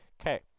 Okay